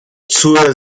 zur